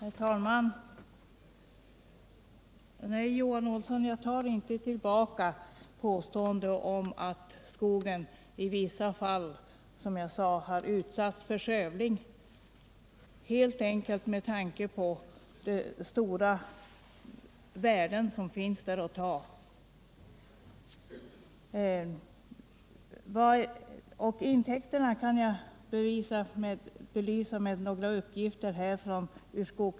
Herr talman! Nej, Johan Olsson, jag tar inte tillbaka påståendet att skogen i vissa fall har utsatts för skövling på grund av de stora värden som kan tas ut där.